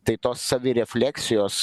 tai tos savirefleksijos